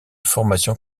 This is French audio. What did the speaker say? formation